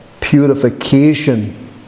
purification